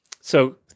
So-